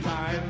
Time